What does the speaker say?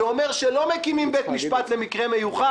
שאומר שלא מקימים בית משפט למקרה מיוחד.